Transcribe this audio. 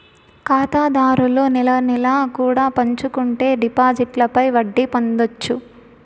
ఖాతాదారులు నెల నెలా కూడా ఎంచుకుంటే డిపాజిట్లపై వడ్డీ పొందొచ్చు